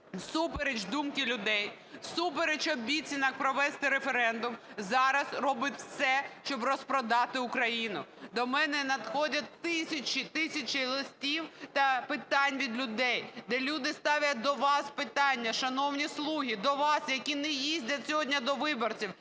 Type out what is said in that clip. всупереч думки людей, всупереч обіцянок провести референдум зараз робить все, щоб розпродати Україну? До мене надходять тисячі і тисячі листів та питань від людей, де люди ставлять до вас питання, шановні "слуги", до вас, які не їздять сьогодні до виборців,